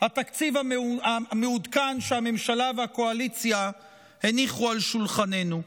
התקציב המעודכן שהממשלה והקואליציה הניחו על שולחננו,